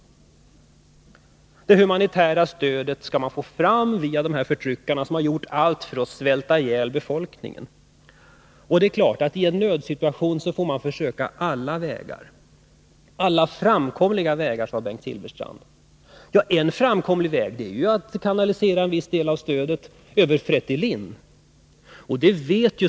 Det humanitära stödet skall man få fram via förtryckarna, som har gjort allt för att svälta ihjäl befolkningen. Det är klart att i en nödsituation får man försöka alla vägar — alla framkomliga vägar, sade Bengt Silfverstrand. En framkomlig väg är ju att kanalisera en viss del av stödet över Fretilin.